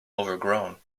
overgrown